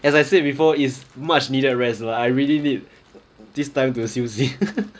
as I said before it's much needed rest lah I really need this time to 休息